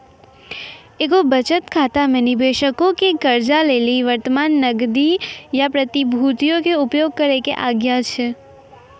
एगो बचत खाता मे निबेशको के कर्जा लेली वर्तमान नगदी या प्रतिभूतियो के उपयोग करै के आज्ञा छै